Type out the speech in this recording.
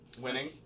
Winning